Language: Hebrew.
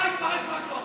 אם מדבריי התפרש משהו אחר,